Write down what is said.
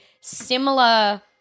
similar